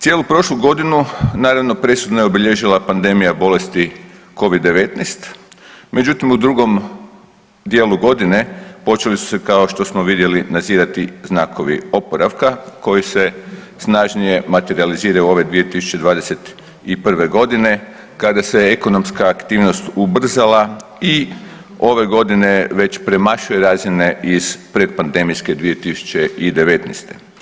Cijelu prošlu godinu naravno presudno je obilježila pandemija bolesti Covid-19, međutim u drugom dijelu godine počeli su se kao što smo vidjeli nadzirati znakovi oporavka koji se snažnije materijaliziraju ove 2021.g. kada se ekonomska aktivnost ubrzala i ove godine već premašuje razine iz predpandemijske 2019.